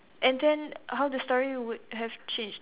and then how the story would have changed